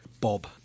Bob